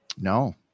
No